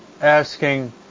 asking